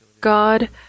God